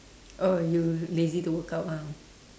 oh you lazy to work out ah